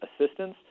assistance